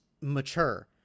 mature